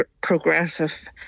progressive